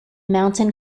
mountain